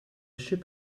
ship